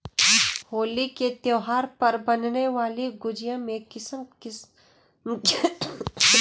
होली के त्यौहार पर बनने वाली गुजिया में किसमिस का अलग ही स्वाद होता है